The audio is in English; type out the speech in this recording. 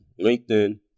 LinkedIn